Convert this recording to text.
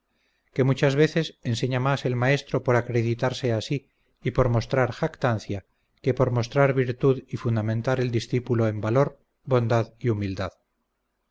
que muchas veces enseña más el maestro por acreditarse a sí y por mostrar jactancia que por mostrar virtud y fundamentar el discípulo en valor bondad y humildad